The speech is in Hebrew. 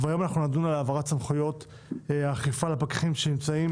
והיום אנחנו נדון על העברת סמכויות אכיפה לפקחים שנמצאים